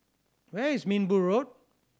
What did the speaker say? where is Minbu Road